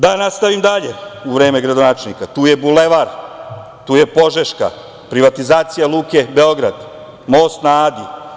Da nastavim dalje, u vreme gradonačelnika, tu je Bulevar, tu je Požeška, privatizacija „Luke Beograd“, most na Adi.